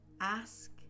ask